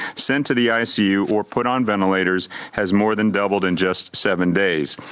sent to the icu or put on ventilators has more than doubled in just seven days.